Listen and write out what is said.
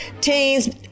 teens